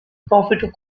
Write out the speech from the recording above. profit